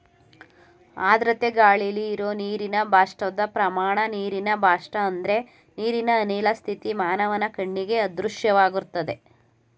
ಆರ್ದ್ರತೆ ಗಾಳಿಲಿ ಇರೋ ನೀರಿನ ಬಾಷ್ಪದ ಪ್ರಮಾಣ ನೀರಿನ ಬಾಷ್ಪ ಅಂದ್ರೆ ನೀರಿನ ಅನಿಲ ಸ್ಥಿತಿ ಮಾನವನ ಕಣ್ಣಿಗೆ ಅದೃಶ್ಯವಾಗಿರ್ತದೆ